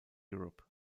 europe